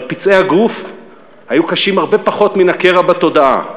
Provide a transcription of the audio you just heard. אבל פצעי הגוף היו קשים הרבה פחות מן הקרע בתודעה.